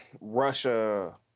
Russia